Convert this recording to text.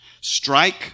strike